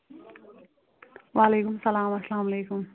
وعلیکُم اسلام اسلام علیکُم